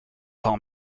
call